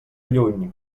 lluny